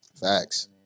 Facts